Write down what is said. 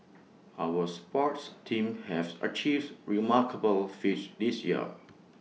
our sports teams have achieves remarkable feats this year